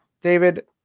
David